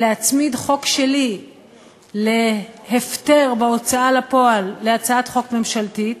להצמיד חוק שלי להפטר בהוצאה לפועל להצעת חוק ממשלתית,